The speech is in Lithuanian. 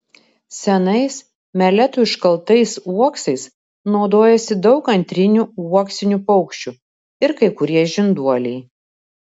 senais meletų iškaltais uoksais naudojasi daug antrinių uoksinių paukščių ir kai kurie žinduoliai